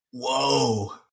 Whoa